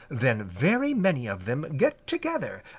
then very many of them get together,